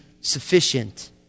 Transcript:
sufficient